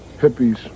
hippies